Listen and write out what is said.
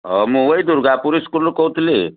ହଁ ମୁଁ ଏଇ ଦୂର୍ଗାପୁର ସ୍କୁଲରୁ କହୁଥିଲି